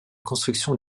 construction